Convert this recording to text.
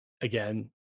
again